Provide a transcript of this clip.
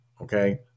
okay